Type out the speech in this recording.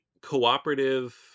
cooperative